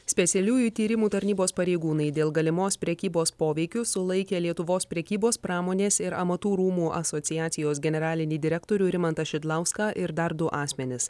specialiųjų tyrimų tarnybos pareigūnai dėl galimos prekybos poveikiu sulaikė lietuvos prekybos pramonės ir amatų rūmų asociacijos generalinį direktorių rimantą šidlauską ir dar du asmenis